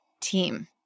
team